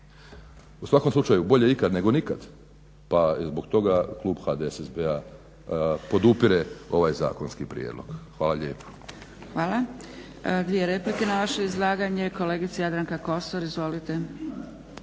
U svakom slučaju bolje ikad nego nikad pa zbog toga klub HDSSB-a podupire ovaj zakonski prijedlog. Hvala lijepa.